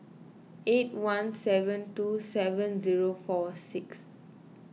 eight one seven two seven zero four six